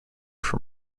from